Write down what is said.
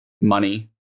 money